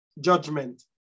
judgment